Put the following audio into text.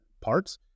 parts